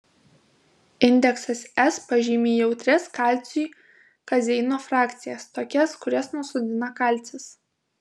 indeksas s pažymi jautrias kalciui kazeino frakcijas tokias kurias nusodina kalcis